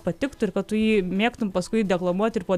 patiktų ir kad tu jį mėgtum paskui deklamuoti ir po